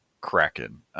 Kraken